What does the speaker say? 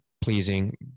pleasing